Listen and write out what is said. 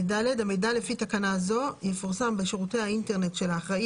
המידע לפי תקנה זו יפורסם בשירותי האינטרנט של האחראי